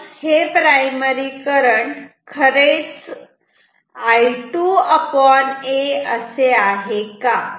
पण हे primary current खरेच I2a असे आहे का